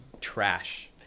trash